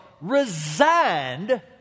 resigned